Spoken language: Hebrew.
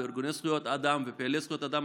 ארגוני זכויות אדם ופעילי זכויות אדם,